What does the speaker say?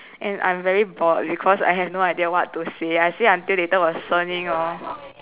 and I'm very bored because I have no idea what to say I say until later will 声音 lor